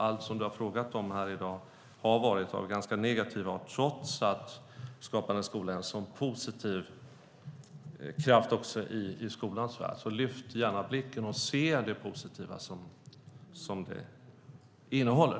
Allt som du har frågat om här i dag har varit av ganska negativ art trots att Skapande skola är en så positiv kraft också i skolans värld. Lyft gärna blicken och se det positiva som det innehåller!